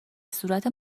صورت